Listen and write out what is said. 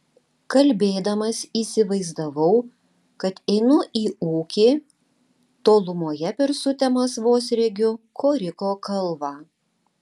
kalbėdamas įsivaizdavau kad einu į ūkį tolumoje per sutemas vos regiu koriko kalvą